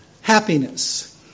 happiness